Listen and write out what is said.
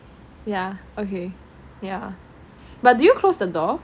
but do you close the door